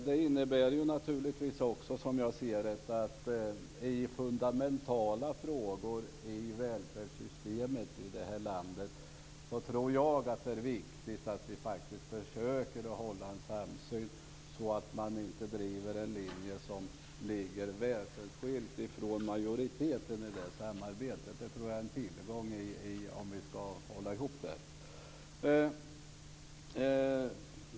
Som jag ser det är det viktigt att vi i fundamentala frågor som rör välfärdssystemet i detta land försöker att ha en samsyn, så att vi inte driver en linje som ligger väsensskild från majoritetens. Det tror jag är en tillgång om vi skall kunna hålla ihop det hela.